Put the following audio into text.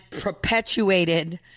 perpetuated